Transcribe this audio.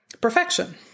perfection